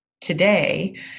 today